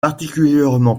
particulièrement